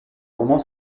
romans